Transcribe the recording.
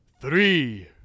Three